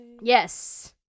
Yes